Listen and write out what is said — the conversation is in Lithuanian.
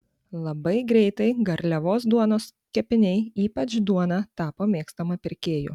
labai greitai garliavos duonos kepiniai ypač duona tapo mėgstama pirkėjų